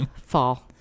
Fall